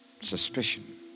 Suspicion